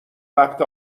وقت